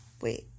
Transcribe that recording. Wait